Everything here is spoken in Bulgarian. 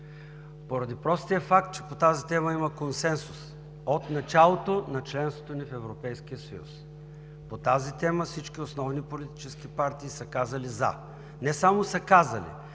поради простия факт, че по тази тема има консенсус от началото на членството ни в Европейския съюз. По тази тема всички основни политически партии са казали „за“. Не само са казали,